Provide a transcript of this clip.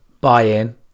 buy-in